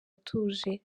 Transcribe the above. atuje